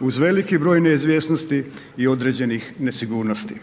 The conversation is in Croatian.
uz veliki broj neizvjesnosti i određenih nesigurnosti.